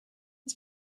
his